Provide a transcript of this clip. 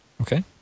Okay